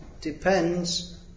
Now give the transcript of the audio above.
depends